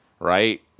Right